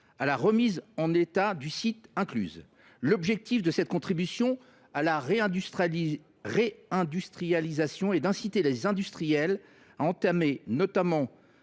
la remise en l’état du site. L’objectif de cette contribution à la réindustrialisation est d’inciter les industriels à entamer rapidement